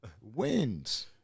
wins